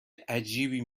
عجیبی